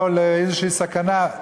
או לאיזו סכנה,